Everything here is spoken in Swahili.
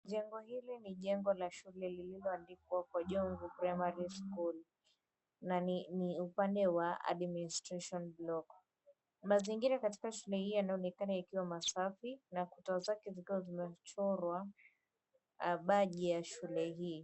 Jengo hili ni jengo la shule lililo andikwa Kwa Jomvu Primary School na ni upande wa Administration Block mazingira katika shule hii yanaonekana ikiwa masafi na kuta zake zikiwa zimechorwa badge ya shule hii.